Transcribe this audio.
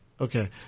Okay